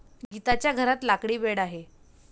गीताच्या घरात लाकडी बेड आहे